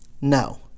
No